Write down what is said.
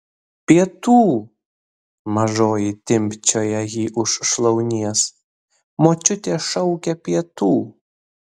pietų mažoji timpčioja jį už šlaunies močiutė šaukia pietų